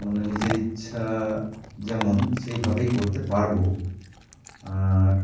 মানে নিজের ইচ্ছা যেমন সেইভাবেই করতে পারবো আর